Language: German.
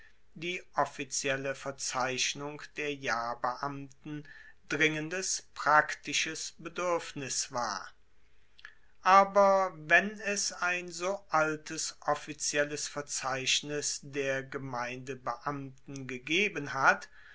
die offizielle verzeichnung der jahrbeamten dringendes praktisches beduerfnis war aber wenn es ein so altes offizielles verzeichnis der gemeindebeamten gegeben hat